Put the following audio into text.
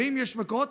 ואם יש מקורות,